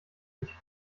richtig